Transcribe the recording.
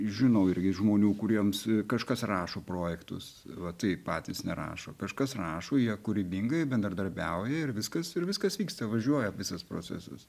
žinau irgi žmonių kuriems kažkas rašo projektus va taip patys nerašo kažkas rašo jie kūrybingai bendradarbiauja ir viskas ir viskas vyksta važiuoja visas procesas